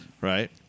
Right